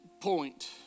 point